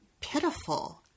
pitiful